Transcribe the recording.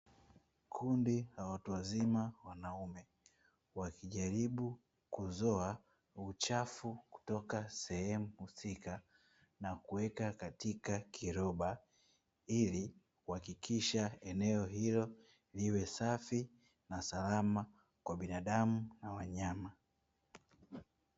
Kundi la watu wazima wanaume wakijaribu kuzoa uchafu kutoka sehemu husika, nakuweka katika kiroba ili kuhakikisha eneo hilo liwe safi na salama kwa binadamu na wanyama.